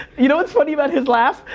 you know what's funny about his laugh?